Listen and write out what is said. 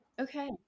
okay